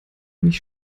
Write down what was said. mich